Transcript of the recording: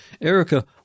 Erica